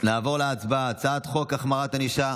נעבור להצבעה על הצעת חוק החמרת הענישה